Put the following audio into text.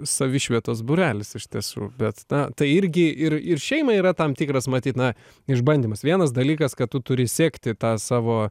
savišvietos būrelis iš tiesų bet na tai irgi ir ir šeimai yra tam tikras matyt na išbandymas vienas dalykas kad tu turi sekti tą savo